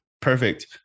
perfect